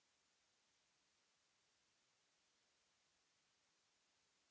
Merci,